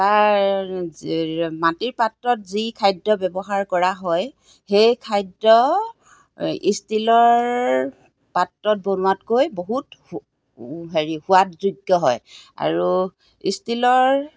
তাৰ মাটিৰ পাত্ৰত যি খাদ্য ব্যৱহাৰ কৰা হয় সেই খাদ্য ষ্টিলৰ পাত্ৰত বনোৱাতকৈ বহুত হেৰি সোৱাদযোগ্য হয় আৰু ষ্টিলৰ